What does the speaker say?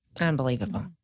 Unbelievable